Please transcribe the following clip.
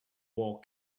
wore